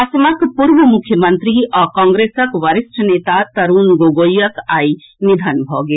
असमक पूर्व मुख्यमंत्री आ कांग्रेसक वरिष्ठ नेता तरूण गोगोईक आई निधन भऽ गेल